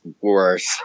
worse